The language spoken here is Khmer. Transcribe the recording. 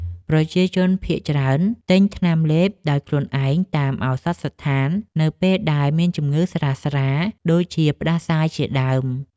ប្រជាជនភាគច្រើនទិញថ្នាំលេបដោយខ្លួនឯងតាមឱសថស្ថាននៅពេលដែលមានជំងឺស្រាលៗដូចជាផ្ដាសាយជាដើម។